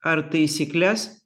ar taisykles